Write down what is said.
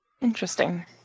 Interesting